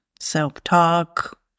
self-talk